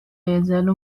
يزال